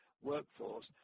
workforce